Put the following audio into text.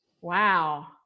wow